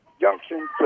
junction